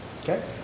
Okay